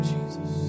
Jesus